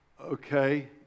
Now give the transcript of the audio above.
okay